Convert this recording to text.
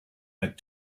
had